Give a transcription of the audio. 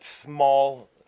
small